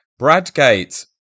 Bradgate